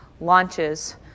launches